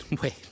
Wait